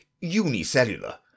unicellular